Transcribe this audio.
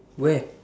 where